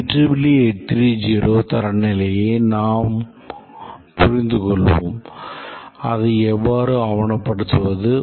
IEEE 830 தரநிலையை நாங்கள் புரிந்துகொள்வோம் அதை எவ்வாறு ஆவணப்படுத்துவது